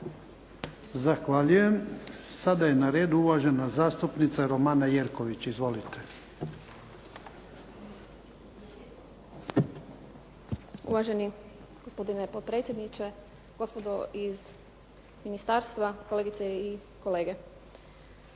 Zahvaljujem. Sada je na redu uvažena zastupnica Romana Jerković. Izvolite. **Jerković, Romana (SDP)** Uvaženi gospodine potpredsjedniče, gospodo iz ministarstva, kolegice i kolege.